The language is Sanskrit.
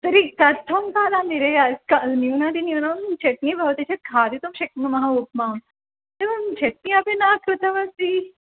तर्हि कथं खादामि रे न्यूनातिन्यूनं चट्नि भवति चेत् खादितुं शक्नुमः उप्माम् एवं चट्नि अपि न कृतवती